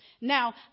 Now